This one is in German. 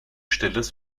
stilles